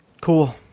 Cool